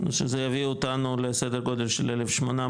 שזה יביא אותנו לסדר גודל של 1,800